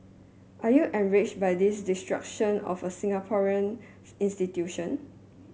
are you enraged by this destruction of a Singaporean institution